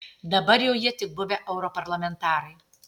dabar jau jie tik buvę europarlamentarai